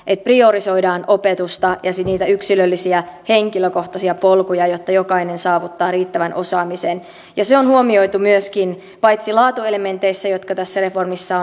priorisoidaan opetusta ja niitä yksilöllisiä henkilökohtaisia polkuja jotta jokainen saavuttaa riittävän osaamisen se on huomioitu paitsi laatuelementeissä jotka tässä reformissa